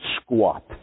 squat